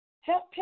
help